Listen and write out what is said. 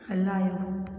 हलायो